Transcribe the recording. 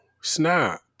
snap